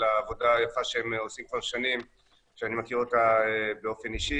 העבודה היפה שהם עושים כבר שנים שאני מכיר אותה באופן אישי,